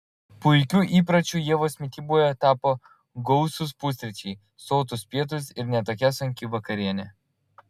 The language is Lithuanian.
puikiu įpročiu ievos mityboje tapo gausūs pusryčiai sotūs pietūs ir ne tokia sunki vakarienė